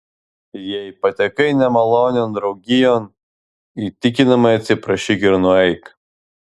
jei patekai nemalonion draugijon įtikinamai atsiprašyk ir nueik